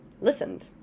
listened